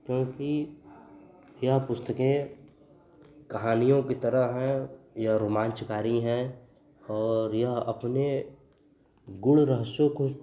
क्योंकि यह पुस्तकें कहानियों की तरह हैं यह रोमान्चकारी हैं और यह अपने गूढ़ रहस्यों को